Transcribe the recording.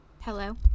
Hello